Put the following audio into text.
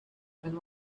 and